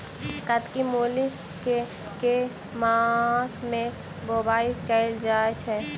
कत्की मूली केँ के मास मे बोवाई कैल जाएँ छैय?